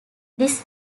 this